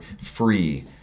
free